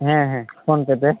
ᱦᱮᱸ ᱦᱮᱸ ᱯᱷᱳᱱ ᱛᱮᱥᱮ